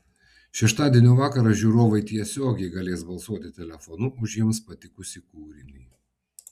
šeštadienio vakarą žiūrovai tiesiogiai galės balsuoti telefonu už jiems patikusį kūrinį